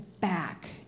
back